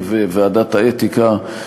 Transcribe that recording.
(הרכב ועדת האתיקה)